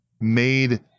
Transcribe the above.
made